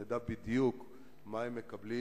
נדע בדיוק מה הם מקבלים,